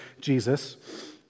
Jesus